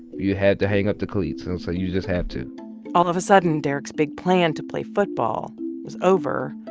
you have to hang up the cleats. and so you just have to all of a sudden, derek's big plan to play football was over.